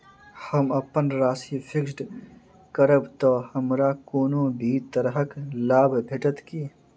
हम अप्पन राशि फिक्स्ड करब तऽ हमरा कोनो भी तरहक लाभ भेटत की?